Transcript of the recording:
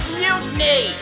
mutiny